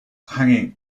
hanging